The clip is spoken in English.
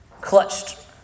clutched